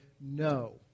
no